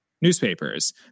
newspapers